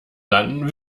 landen